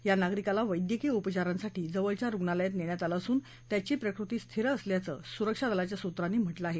या नागरिकाला वैद्यकीय उपचारांसाठी जवळच्या रुग्णालयात नेण्यात आलं असून त्याची प्रकृती स्थिर असल्याचं सुरक्षा दलाच्या सूत्रांनी म्हाऊं आहे